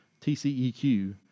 TCEQ